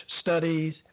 studies